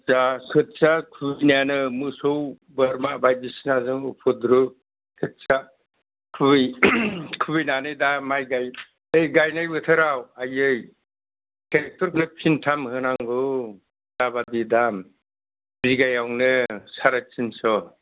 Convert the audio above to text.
जा खोथिया खुबैनायानो मोसौ बोरमा बायदिसिनाजों उफुद्रु खोथिया खुबै खुबैनानै दा माइ गायनाय बोथोराव आइयै ट्रेकटरखौनो फिन्थाम होनांगौ जा बादि दाम बिगायावनो साराय थिनस'